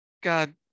god